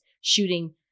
shooting